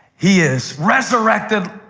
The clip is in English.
he is resurrected,